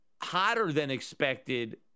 hotter-than-expected